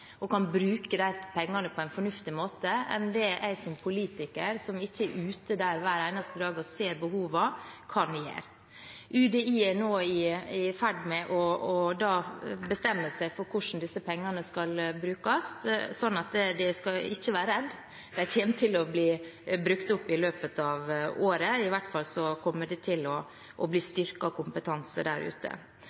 og kan bruke pengene på en fornuftig måte, enn det politikere, som ikke er ute der hver eneste dag og ser behovene, kan gjøre. UDI er nå i ferd med å bestemme seg for hvordan disse pengene skal brukes. Så en skal ikke være redd: De kommer til å bli brukt opp i løpet av året, i hvert fall kommer det til å bli styrket kompetanse der ute.